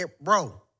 Bro